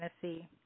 Tennessee